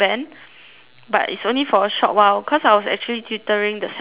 but it's only for a short while cause I was actually tutoring the sec ones